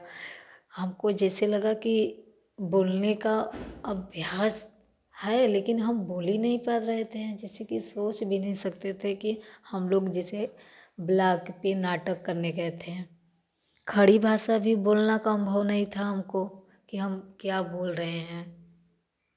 हमको जैसे लगा कि बोलने का अभ्यास है लेकिन हम बोल ही नहीं पा रहे थे जैसे कि सोच भी नहीं सकते थे कि हम लोग जैसे ब्लॉक के नाटक करने गए थे खड़ी भाषा भी बोलना का अनुभव नहीं था हमको कि हम क्या बोल रहे हैं